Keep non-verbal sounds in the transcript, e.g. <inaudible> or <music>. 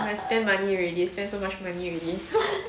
ya spend money already spend so much money already <laughs>